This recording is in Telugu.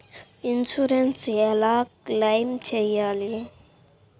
ఇన్సూరెన్స్ ఎలా క్లెయిమ్ చేయాలి?